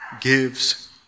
gives